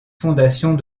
fondations